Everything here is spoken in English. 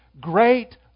great